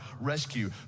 rescue